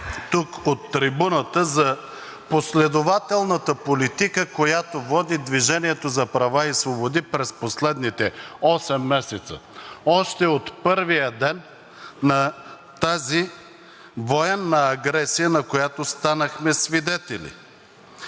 тук, от трибуната, за последователната политика, която води „Движение за права и свободи“ през последните осем месеца, още от първия ден на тази военна агресия, на която станахме свидетели.